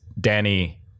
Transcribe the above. danny